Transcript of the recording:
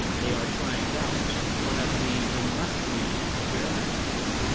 they are trying out one of the venusian experiments?